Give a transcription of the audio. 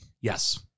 Yes